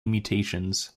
mutations